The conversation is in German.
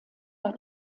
bei